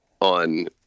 on